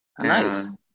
Nice